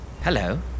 Hello